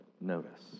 notice